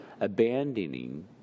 abandoning